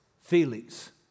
feelings